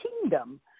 kingdom